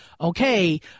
okay